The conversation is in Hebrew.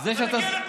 תירגע.